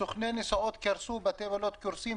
סוכני נסיעות קרסו; בתי מלון קורסים,